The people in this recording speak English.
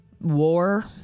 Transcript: war